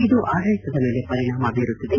ಇದು ಆಡಳಿತದ ಮೇಲೆ ಪರಿಣಾಮ ಬೀರುತ್ತಿದೆ